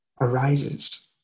arises